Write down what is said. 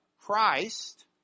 Christ